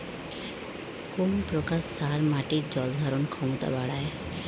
কোন প্রকার সার মাটির জল ধারণ ক্ষমতা বাড়ায়?